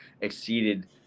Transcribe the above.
exceeded